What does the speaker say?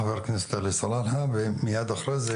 בבקשה, חבר הכנסת עלי סלאלחה ומיד אחרי זה